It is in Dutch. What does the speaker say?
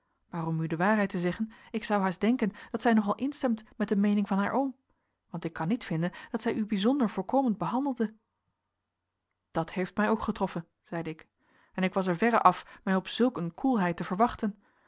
om u de waarheid te zeggen ik zou haast denken dat zij nogal instemt met de meening van haar oom want ik kan niet vinden dat zij u bijzonder voorkomend behandelde dat heeft mij ook getroffen zeide ik en ik was er verre af mij op zulk een koelheid te verwachten